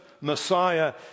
Messiah